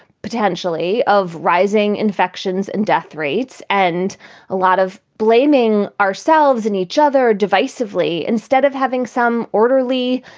potentially, of rising infections and death rates and a lot of blaming ourselves and each other divisively instead of having some orderly,